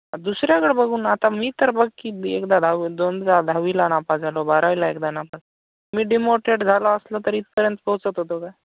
दुसऱ्याकडं बघून आता मी तर बघ की एकदा दहावी दोनदा दहावीला नापास झालो बारावीला एकदा नापास मी डिमोटिवेट झालो असलो तरी इथंपर्यंत पोचत होतो काय